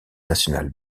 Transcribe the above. nationale